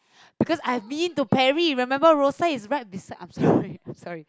because I've been to Perry remember Rosyth is right beside I'm sorry I'm sorry